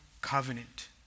covenant